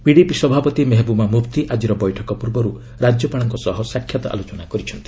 PDP ସଭାପତି ମେହବୁବା ମୁଫ୍ତି ଆକିର ବୈଠକ ପୂର୍ବରୁ ରାଜ୍ୟପାଳଙ୍କ ସହ ସାକ୍ଷାତ ଆଲୋଚନା କରିଛନ୍ତି